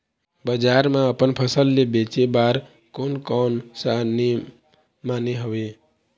बजार मा अपन फसल ले बेचे बार कोन कौन सा नेम माने हवे?